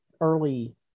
early